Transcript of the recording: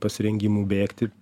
pasirengimų bėgti